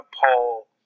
Paul